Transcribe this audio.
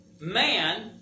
man